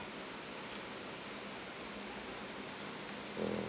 so